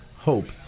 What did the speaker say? hope